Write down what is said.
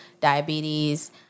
diabetes